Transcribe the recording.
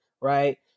right